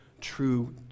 true